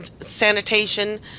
sanitation